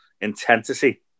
intensity